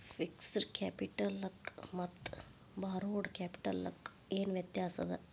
Fixed ಕ್ಯಾಪಿಟಲಕ್ಕ ಮತ್ತ ಬಾರೋಡ್ ಕ್ಯಾಪಿಟಲಕ್ಕ ಏನ್ ವ್ಯತ್ಯಾಸದ?